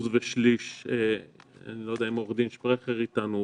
1.3%. אני לא יודע אם עו"ד שפרכר איתנו.